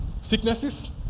sicknesses